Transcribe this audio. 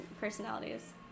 personalities